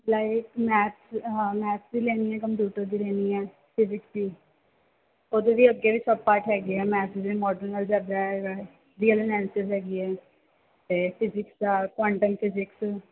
ਲਾਇਕ math math ਦੀ ਲੈਣੀ ਹੈ ਕੰਪਿਊਟਰ ਦੀ ਲੈਣੀ ਹੈ ਫਿਜਿਕਸ ਦੀ ਉਹਦੇ ਵੀ ਅੱਗੇ ਵੀ ਸਬਪਾਰਟ ਹੈਗੇ ਆ ਮੈਥ ਦੇ ਦਾ ਹੈ ਰੀਅਲ ਐਨਲੈਲਸੀਸ ਹੈਗੀ ਹੈ ਅਤੇ ਫਿਜਿਕਸ ਦਾ ਕੋਆਨਟਮ ਫਿਜਿਕਸ